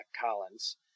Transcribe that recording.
Collins